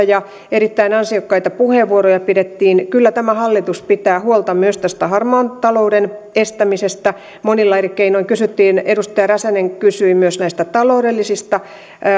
ja siitä erittäin ansiokkaita puheenvuoroja pidettiin kyllä tämä hallitus pitää huolta myös tästä harmaan talouden estämisestä monilla eri keinoin kysyttiin edustaja räsänen kysyi myös näistä taloudellisista